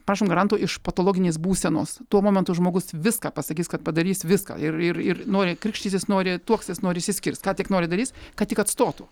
prašom garanto iš patologinės būsenos tuo momentu žmogus viską pasakys kad padarys viską ir ir ir nori krikštysis nori tuoksis nori išsiskirs ką tik nori darys kad tik atstotų